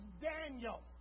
Daniel